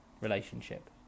relationship